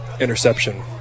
interception